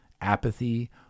apathy